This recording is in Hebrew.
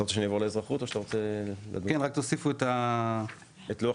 תוסיפו את לוח